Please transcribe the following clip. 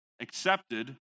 accepted